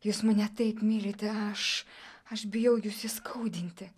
jūs mane taip mylite aš aš bijau jus įskaudinti